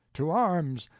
to arms,